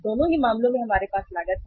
दोनों ही मामलों में हमारे पास लागत है